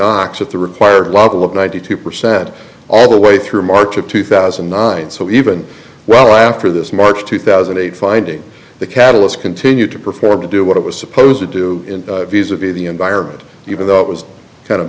knocks at the required level of ninety two percent all the way through march of two thousand and nine so even well after this march two thousand and eight finding the catalyst continued to perform to do what it was supposed to do in visibly the environment even though it was kind of